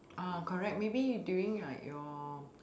uh correct maybe during like your